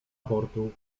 portu